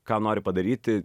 ką nori padaryti